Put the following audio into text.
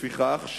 לפיכך,